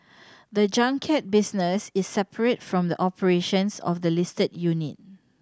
the junket business is separate from the operations of the listed unit